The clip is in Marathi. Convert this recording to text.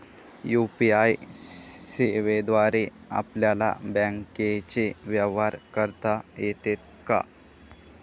यू.पी.आय सेवेद्वारे आपल्याला बँकचे व्यवहार करता येतात का?